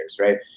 right